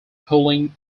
pulling